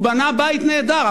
הוא בנה בית נהדר.